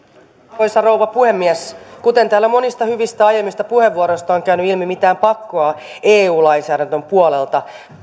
arvoisa rouva puhemies kuten täällä monista hyvistä aiemmista puheenvuoroista on käynyt ilmi mitään pakkoa eu lainsäädännön puolelta